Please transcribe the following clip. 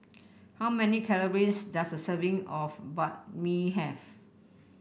how many calories does a serving of Banh Mi have